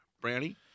Brownie